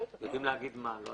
יודעים להגיד מה?